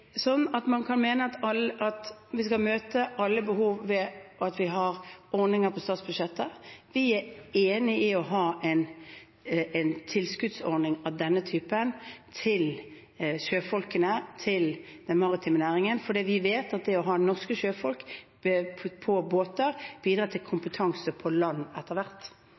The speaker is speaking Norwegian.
Man kan selvfølgelig mene at vi skal møte alle behov ved at vi har ordninger på statsbudsjettet. Vi er enig i å ha en tilskuddsordning av denne typen til sjøfolkene, til den maritime næringen, fordi vi vet at det å ha norske sjøfolk på båter bidrar til kompetanse på land etter hvert.